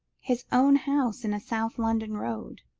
his own house in a south london road,